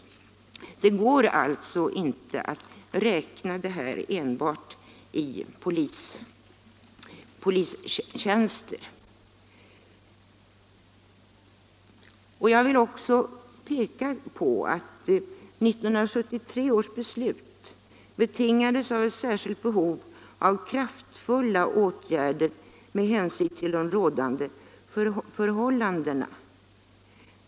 Det går alltså inte att räkna enbart i polistjänster. Jag vill vidare peka på att 1973 års beslut betingades av ett särskilt behov av kraftfulla åtgärder med hänsyn till de rådande förhållandena.